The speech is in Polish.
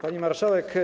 Pani Marszałek!